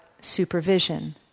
supervision